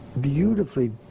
beautifully